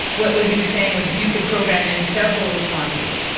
what what he was saying was you could program in several responses.